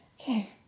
Okay